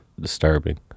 disturbing